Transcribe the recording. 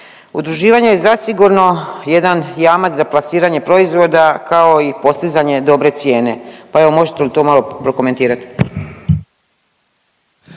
Udruživanje je zasigurno jedan jamac za plasiranje proizvoda, kao i postizanje dobre cijene, pa evo, možete li to malo prokomentirati?